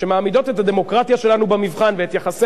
שמעמידות את הדמוקרטיה שלנו במבחן ואת יחסי